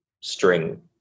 string